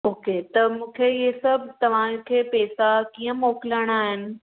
okay त मूंखे इहे सभु तव्हांखे पैसा कीअं मोकिलिणा आहिनि